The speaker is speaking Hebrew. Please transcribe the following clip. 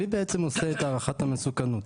מי בעצם עושה את הערכת המסוכנות?